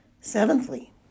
Seventhly